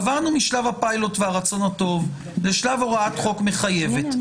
עברנו משלב הפיילוט והרצון הטוב לשלב הוראת חוק מחייבת.